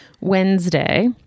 Wednesday